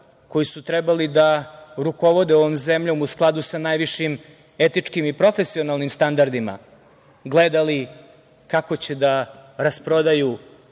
koji su trebali da rukovode ovom zemljom u skladu sa najvišim etičkim i profesionalnim standardima, gledali kako će da rasprodaju